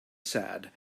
said